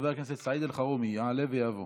חבר הכנסת סעיד אלחרומי יעלה ויבוא.